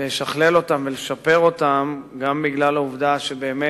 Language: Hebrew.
לשכלל אותם ולשפר אותם, גם בגלל העובדה שבאמת,